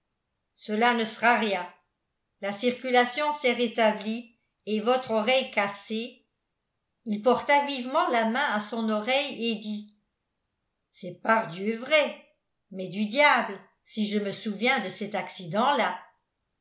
cela ne sera rien la circulation s'est rétabli et votre oreille cassée il porta vivement la main à son oreille et dit c'est pardieu vrai mais du diable si je me souviens de cet accident là